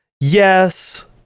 yes